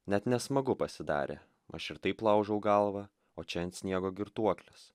net nesmagu pasidarė aš ir taip laužau galvą o čia ant sniego girtuoklis